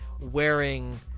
wearing